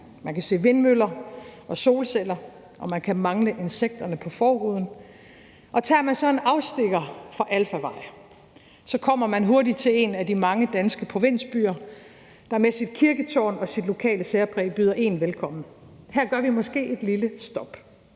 Man kan se vindmøller og solceller, og man kan mangle insekterne på forruden. Kl. 09:42 Tager man så en afstikker fra alfarvej, kommer man hurtigt til en af de mange danske provinsbyer, der med sit kirketårn og sit lokale særpræg byder én velkommen. Her gør vi måske et lille stop,